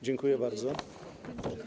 Dziękuję bardzo.